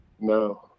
No